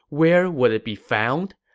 where would it be found?